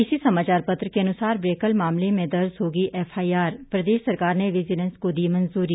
इसी समाचार पत्र के अनुसार ब्रैकल मामले में दर्ज होगी एफआईआर प्रदेश सरकार ने विजिलेंस को दी मंजूरी